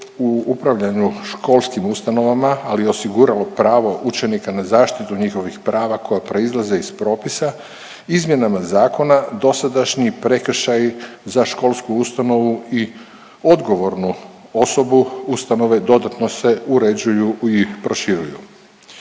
u upravljanju školskim ustanovama ali i osiguralo pravo učenika na zaštitu njihovih prava koja proizlaze iz propisa, izmjenama zakona dosadašnji prekršaji za školsku ustanovu i odgovornu osobu ustanove, dodatno se uređuju i proširuju.